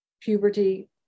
puberty